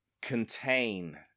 contain